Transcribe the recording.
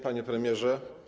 Panie Premierze!